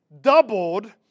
doubled